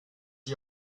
ich